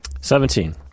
Seventeen